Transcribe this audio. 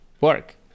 work